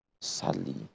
sadly